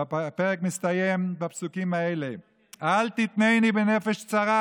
והפרק מסתיים בפסוקים האלה: "אל תתנני בנפש צרי